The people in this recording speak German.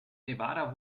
nevada